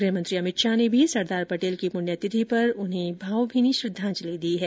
गृहमंत्री अमित शाह ने भी सरदार पटेल की पुण्यतिथि पर उन्हें भावभीनी श्रद्वांजलि दी है